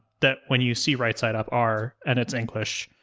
that when you see right-side up r and it's english,